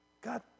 God